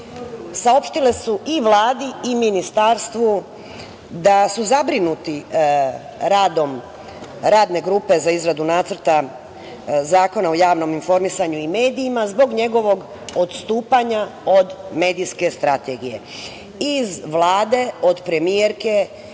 saopštile su i Vladi i Ministarstvu da su zabrinuti radom Radne grupe za izradu nacrta Zakona o javnom informisanju i medijima, zbog njegovog odstupanja od medijske strategije. Iz Vlade od premijerke